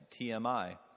TMI